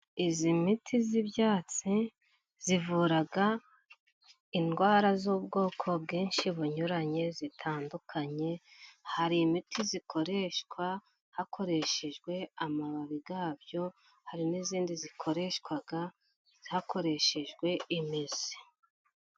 Iyi miti y'ibyatsi ivura indwara z'ubwoko bwinshi bunyuranye zitandukanye, hari imiti ikoreshwa hakoreshejwe amababi yabyo hari n'iyindi ikoreshwa hakoreshejwe imizi.